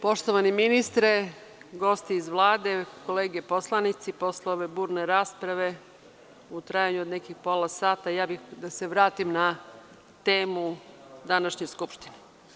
Poštovani ministre, gosti iz Vlade, kolege poslanici, posle ove burne rasprave u trajanju od nekih pola sata, ja bih da se vratim na temu današnje Skupštine.